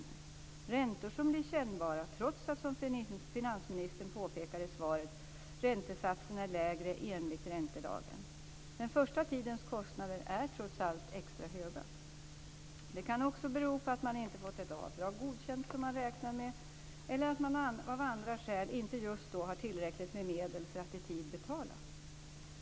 Det är räntor som blir kännbara, trots att - som finansministern påpekar i svaret - räntesatsen är lägre enligt räntelagen. Den första tidens kostnader är trots allt extra höga. En annan situation kan vara att man inte har fått ett avdrag godkänt som man har räknat med eller att det av andra skäl inte just då finns tillräckligt med medel för att i tid betala.